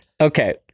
Okay